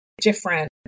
different